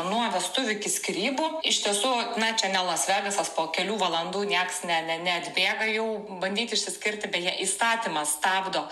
nuo vestuvių iki skyrybų iš tiesų na čia ne las vegasas po kelių valandų nieks ne ne neatbėga jau bandyt išsiskirti beje įstatymas stabdo